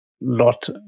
lot